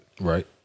right